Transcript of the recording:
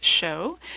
show